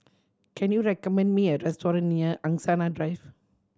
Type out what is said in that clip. can you recommend me a restaurant near Angsana Drive